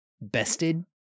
bested